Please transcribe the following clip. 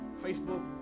Facebook